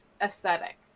aesthetic